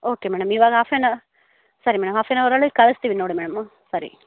okay madam ಇವಾಗ half on ಸರಿ madam half on ಅವರಲ್ಲಿ ಕಳಿಸ್ತೀವಿ ನೋಡಿ ಮೇಡಮ್ ಸರಿ